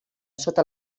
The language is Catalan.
sota